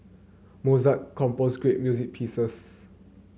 Mozart composed great music pieces